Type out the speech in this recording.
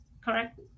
correct